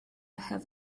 have